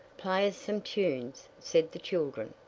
play us some tunes, said the children.